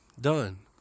done